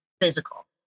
physical